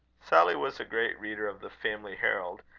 sally was a great reader of the family herald,